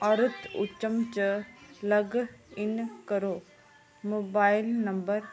और च log in करो मोबाएल नम्बर